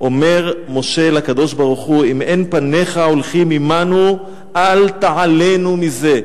אומר משה לקדוש-ברוך-הוא: אם אין פניך הולכים עמנו אל תעלנו מזה.